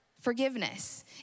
forgiveness